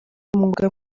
umwuga